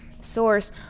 source